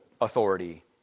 authority